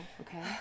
okay